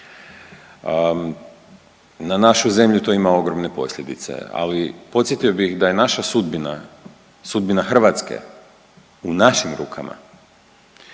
Na našu zemlju to ima ogromne posljedice, ali podsjetio bih da je naša sudbina, sudbina Hrvatske u našim rukama.